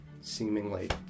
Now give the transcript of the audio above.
seemingly